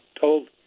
told